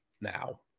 now